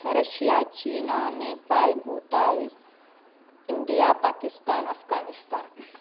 Russia China Nepal Bhutan India Pakistan Afghanistan